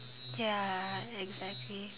ya exactly